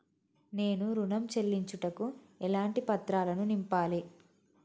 నేను ఋణం చెల్లించుటకు ఎలాంటి పత్రాలను నింపాలి?